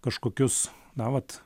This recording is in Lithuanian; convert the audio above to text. kažkokius na vat